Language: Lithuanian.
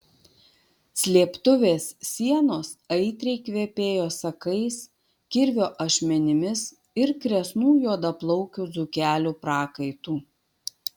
slėptuvės sienos aitriai kvepėjo sakais kirvio ašmenimis ir kresnų juodaplaukių dzūkelių prakaitu